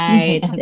Right